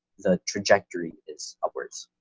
the trajectory is upwards.